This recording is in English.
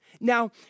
Now